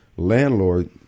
Landlord